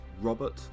Robert